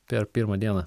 per pirmą dieną